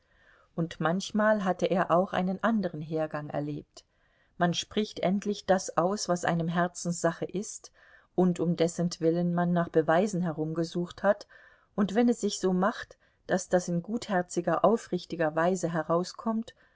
und manchmal hatte er auch einen andern hergang erlebt man spricht endlich das aus was einem herzenssache ist und um dessentwillen man nach beweisen herumgesucht hat und wenn es sich so macht daß das in gutherziger aufrichtiger weise herauskommt